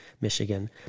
Michigan